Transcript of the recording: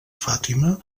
fàtima